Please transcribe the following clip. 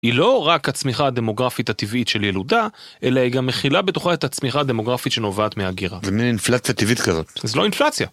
היא לא רק הצמיחה הדמוגרפית הטבעית של ילודה, אלא היא גם מכילה בתוכה את הצמיחה הדמוגרפית שנובעת מהגירה. זה מין אינפלציה טבעית כזאת. זה לא אינפלציה.